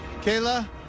Kayla